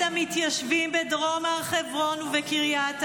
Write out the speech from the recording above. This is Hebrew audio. המתיישבים בדרום הר חברון וקריית ארבע.